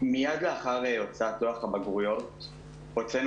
מייד לאחר הוצאת לוח הבגרויות הוצאנו